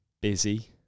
busy